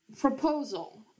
Proposal